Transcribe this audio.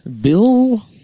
Bill